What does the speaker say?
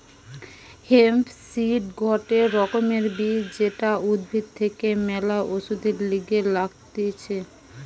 hemp seed গটে রকমের বীজ যেটা উদ্ভিদ থেকে ম্যালা ওষুধের লিগে লাগতিছে